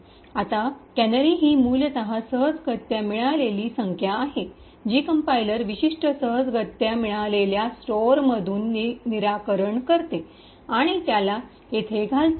आता कॅनरी ही मूलत सहजगत्या मिळालेली रैन्डम् random संख्या आहे जी कंपाईलर विशिष्ट सहजगत्या मिळालेल्या रैन्डम् random स्टोअरमधून निराकरण फिक्सेस fixes करते आणि त्याला येथे घालते